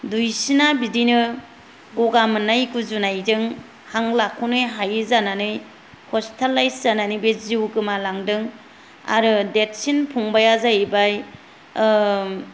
दुइसिना बिदिनो गगा मोननाय गुजुनायजों हां लाख'नो हायि जानानै हसपितालायज जानानै बे जिउ गोमालादों आरो देदसिन फंबाया जाहैबाय